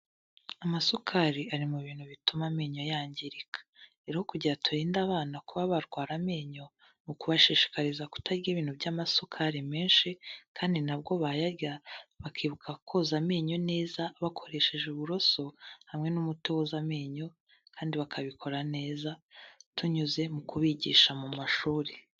Amasukari ari mu bintu bituma amenyo yangirika. Rero kugira ngo turinda abana kuba barwara amenyo, ni ukubashishikariza kutarya ibintu by'amasukari menshi, kandi na bwo bayarya, bakibuka koza amenyo neza bakoresheje uburoso, hamwe n'umuti woza amenyo, kandi bakabikora neza, binyuze mu kubigisha mu mashuri.